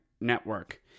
Network